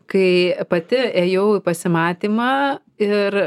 kai pati ėjau į pasimatymą ir